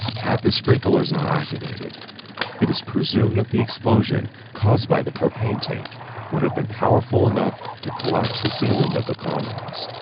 had the sprinklers and activated it is presumed that the explosion caused by the propane tank would have been powerful enough to collapse the ceiling of the commons,